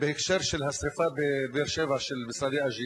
בהקשר של השרפה בבאר-שבע במשרדי "אג'יק",